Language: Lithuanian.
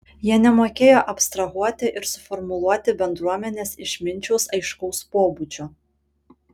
jie nemokėjo abstrahuoti ir suformuluoti bendruomenės išminčiaus aiškaus pobūdžio